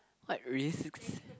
quite risks